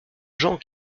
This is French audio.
gens